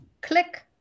click